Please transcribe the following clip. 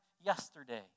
yesterday